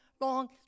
long